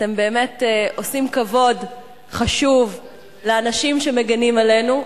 אתם באמת עושים כבוד חשוב לאנשים שמגינים עלינו.